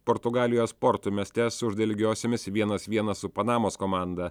portugalijos porto mieste sužaidė lygiosiomis vienas vienas su panamos komanda